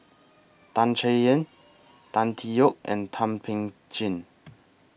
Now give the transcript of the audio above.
Tan Chay Yan Tan Tee Yoke and Thum Ping Tjin